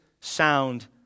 sound